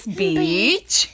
beach